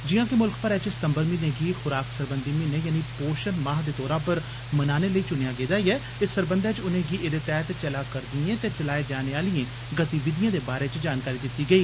जिया जे मुल्ख भरै च सितंबर म्हीनें गी खुराक सरबंधी महीनें यानी पोषण माह दे तौरा पर मनाने लेई चुनेया गेया ऐ इत सरबंधै च उनेंगी एहदे तैहत चलै करदिएं ते चलाए जाने आलिए गतिविधिए दे बारै च जानकारी दित्ती गेई